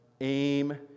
aim